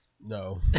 No